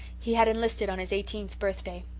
he had enlisted on his eighteenth birthday.